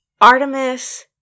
Artemis